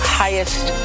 highest